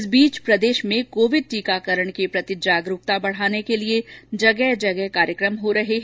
इस बीच प्रदेश में कोविड टीकाकरण के प्रति जागरूकता बढ़ाने के लिए जगह जगह कार्यक्रम हो रहे हैं